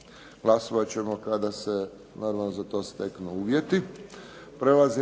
Glasovat ćemo kada se za to steknu uvjeti.